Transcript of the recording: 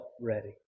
ready